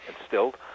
instilled